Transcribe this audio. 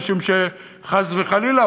משום שחס וחלילה,